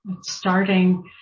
Starting